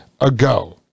ago